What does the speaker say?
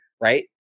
right